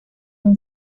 una